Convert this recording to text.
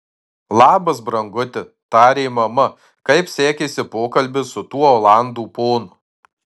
labas branguti tarė mama kaip sekėsi pokalbis su tuo olandų ponu